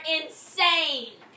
insane